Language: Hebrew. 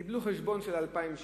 קיבלה חשבון של 2,000 שקל.